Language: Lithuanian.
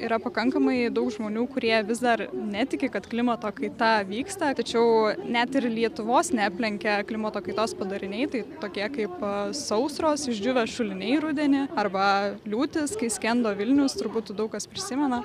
yra pakankamai daug žmonių kurie vis dar netiki kad klimato kaita vyksta tačiau net ir lietuvos neaplenkia klimato kaitos padariniai tai tokie kaip sausros išdžiūvę šuliniai rudenį arba liūtys kai skendo vilnius turbūt daug kas prisimena